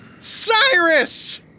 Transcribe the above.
Cyrus